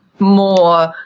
more